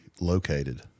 located